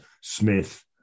Smith